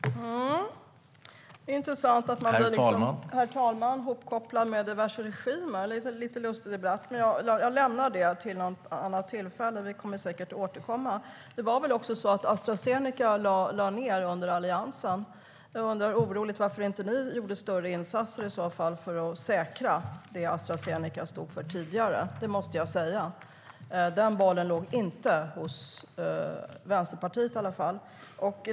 Herr talman! Det är intressant att bli ihopkopplad med diverse regimer. Det blir en lite lustig debatt, men jag lämnar det till ett annat tillfälle. Vi kommer säkert att återkomma till det. Astra Zeneca lade ned under Alliansen. Jag undrar därför oroligt varför ni inte gjorde större insatser för att säkra det Astra Zeneca stod för tidigare? Den bollen låg inte hos Vänsterpartiet i alla fall.